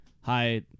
hi